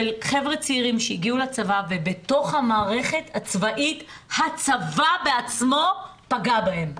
חבר'ה צעירים שהגיעו לצבא ובתוך המערכת הצבאית הצבא בעצמו פגע בהם.